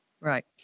Right